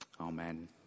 Amen